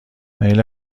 میل